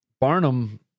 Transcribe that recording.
Barnum